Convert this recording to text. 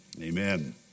Amen